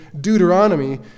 Deuteronomy